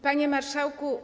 Panie Marszałku!